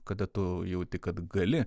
kada tu jauti kad gali